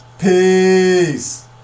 peace